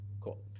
Cool